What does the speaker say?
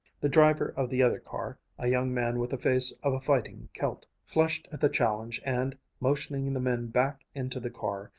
the driver of the other car, a young man with the face of a fighting celt, flushed at the challenge and, motioning the men back into the car,